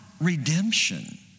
redemption